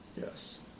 Yes